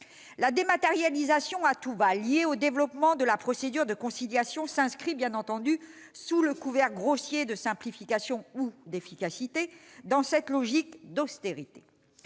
La dématérialisation à tout va, liée au développement de la procédure de conciliation, s'inscrit bien entendu elle aussi, sous un couvert grossier de simplification ou d'efficacité, dans cette logique d'austérité.